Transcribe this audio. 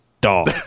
dog